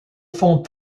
font